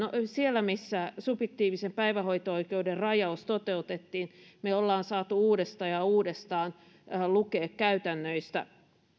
siellä missä subjektiivisen päivähoito oikeuden rajaus toteutettiin me olemme saaneet uudestaan ja uudestaan lukea käytännöistä